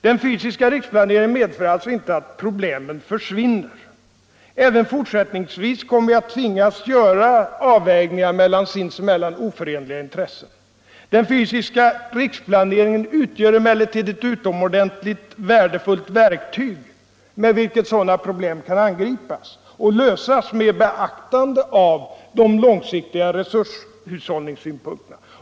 Den fysiska riksplaneringen medför således inte att problemen försvinner. Även fortsättningsvis kommer vi att tvingas göra avvägningar mellan inbördes oförenliga intressen. Den fysiska riksplaneringen utgör emellertid ett utomordentligt värdefullt verktyg med vilket sådana problem kan angripas och lösas med beaktande av långsiktiga resurshushållningssynpunkter.